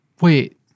Wait